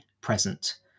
present